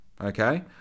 Okay